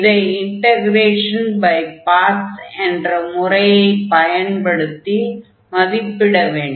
இதை integration by parts என்ற முறையைப் பயன்படுத்தி மதிப்பிட வேண்டும்